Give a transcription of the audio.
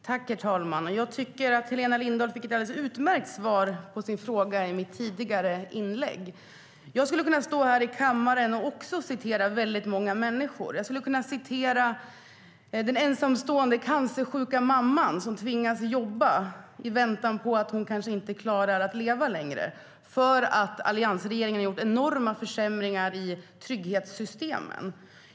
Herr talman! Jag tycker att Helena Lindahl fick ett alldeles utmärkt svar på sin fråga i mitt tidigare inlägg. Jag skulle också kunna citera många människor. Jag skulle kunna citera den ensamstående cancersjuka mamman som tvingas jobba, i väntan på att hon kanske inte överlever, för att alliansregeringen har gjort enorma försämringar i trygghetssystemen.